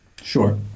Sure